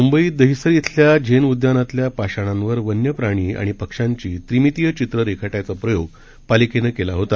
मुंबईत दहिसर इथल्या झेन उद्यानातल्या पाषाणांवर वन्य प्राणी आणि पक्षांची त्रिमितीय चित्रे रेखाटायचा प्रयोग पालिकेनं केला होता